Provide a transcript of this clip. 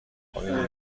آیا